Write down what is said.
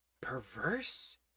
Perverse